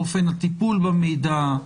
אופן הטיפול במידע,